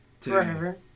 forever